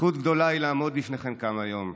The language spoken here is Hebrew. זכות גדולה היא לעמוד בפניכם כאן היום.